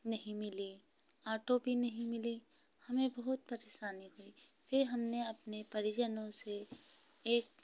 नहीं मिली ऑटो भी नहीं मिली हमें बहुत परेशानी हुई फिर हमने अपने परिजनों से एक